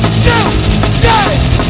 today